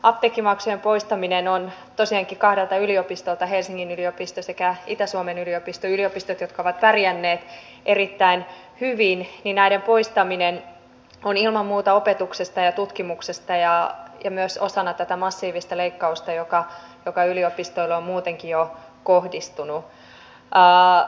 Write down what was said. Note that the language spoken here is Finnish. apteekkimaksujen poistaminen tosiaankin kahdelta yliopistolta helsingin yliopistolta sekä itä suomen yliopistolta yliopistoilta jotka ovat pärjänneet erittäin hyvin on ilman muuta poistamista opetuksesta ja tutkimuksesta ja on myös osana tätä massiivista leikkausta joka yliopistoihin on muutenkin jo kohdistunut